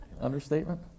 Understatement